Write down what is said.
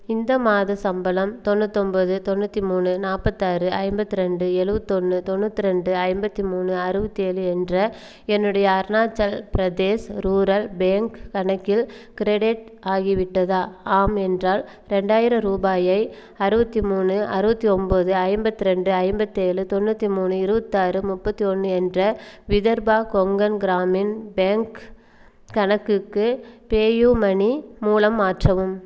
இந்த மாதச் சம்பளம் தொண்ணூத்தொம்பது தொண்ணூற்றி மூணு நாற்பத்தாறு ஐம்பத்தி ரெண்டு எழுவத்தொன்னு தொண்ணூற்றி ரெண்டு ஐம்பத்தி மூணு அறுபத்தி ஏழு என்ற என்னுடைய அருணாச்சல் ப்ரதேஷ் ரூரல் பேங்க் கணக்கில் க்ரெடிட் ஆகிவிட்டதா ஆம் என்றால் ரெண்டாயிரம் ரூபாயை அறுபத்தி மூணு அறுபத்தி ஒம்பது ஐம்பத்தி ரெண்டு ஐம்பத்தேழு தொண்ணூற்றி மூணு இருபத்தாறு முப்பத்தி ஒன்று என்ற விதர்பா கொங்கன் கிராமின் பேங்க் கணக்குக்கு பேயூமணி மூலம் மாற்றவும்